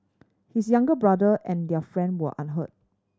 his younger brother and their friend were unhurt